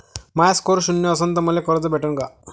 माया score शून्य असन तर मले कर्ज भेटन का?